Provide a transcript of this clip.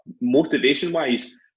motivation-wise